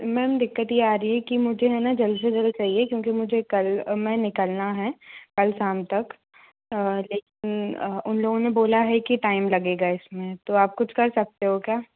ma'am दिक्कत ये आ रही है कि मुझे है ना जल्द से जल्द चाहिए क्योंकि मुझे कल में निकलना है कल शाम तक लेकिन उन लोगों ने बोला है कि टाइम लगेगा इसमें तो आप कुछ कर सकते हो क्या